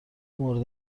مورد